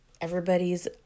everybody's